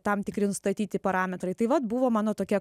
tam tikri nustatyti parametrai taip vat buvo mano tokia